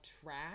Trash